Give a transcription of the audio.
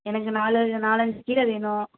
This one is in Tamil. எனக்கு நாலஞ் நாலஞ்சு கீரை வேணும்